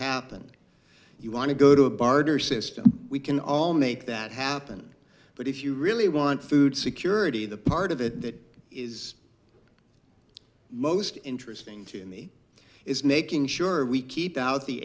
happen you want to go to a barter system we can all make that happen but if you really want food security the part of it that is most interesting to me is making sure we keep out the